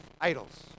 idols